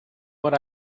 would